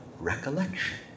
recollection